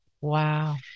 Wow